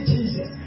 Jesus